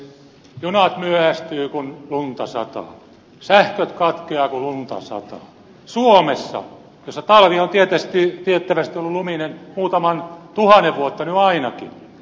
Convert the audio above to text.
junat myöhästyvät kun lunta sataa sähköt katkeavat kun lunta sataa suomessa jossa talvi on tiettävästi ollut luminen muutaman tuhannen vuotta nyt ainakin